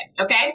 okay